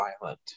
violent